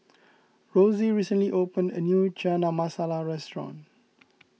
Rosie recently opened a new Chana Masala restaurant